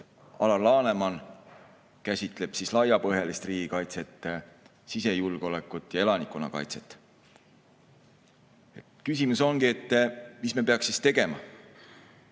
Alar Laneman käsitleb laiapõhjalist riigikaitset, sisejulgeolekut ja elanikkonnakaitset. Küsimus ongi, mida me peaks tegema.